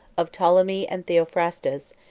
of ptolemy and theophrastus,